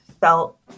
felt